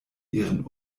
ihren